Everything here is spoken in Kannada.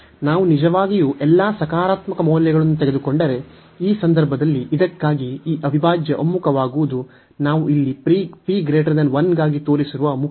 ನಾವು ನಿಜವಾಗಿಯೂ ಎಲ್ಲಾ ಸಕಾರಾತ್ಮಕ ಮೌಲ್ಯಗಳನ್ನು ತೆಗೆದುಕೊಂಡರೆ ಈ ಸಂದರ್ಭದಲ್ಲಿ ಇದಕ್ಕಾಗಿ ಈ ಅವಿಭಾಜ್ಯ ಒಮ್ಮುಖವಾಗುವುದು ನಾವು ಇಲ್ಲಿ p 1 ಗಾಗಿ ತೋರಿಸಿರುವ ಮುಖ್ಯವಾಗಿದೆ